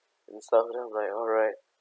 and stuff then I'm like alright